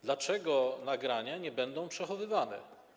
Dlaczego nagrania nie będą przechowywane?